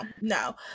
no